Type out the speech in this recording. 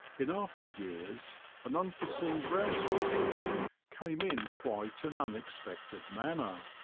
in after years an unforseen grouse harvest came in quite an unexpected manner.